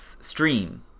stream